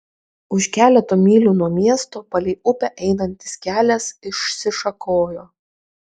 už keleto mylių nuo miesto palei upę einantis kelias išsišakojo